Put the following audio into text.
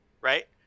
right